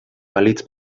balitz